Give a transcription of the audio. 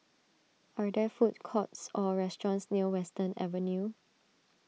are there food courts or restaurants near Western Avenue